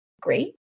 great